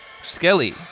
Skelly